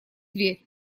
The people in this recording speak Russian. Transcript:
дверь